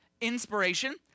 inspiration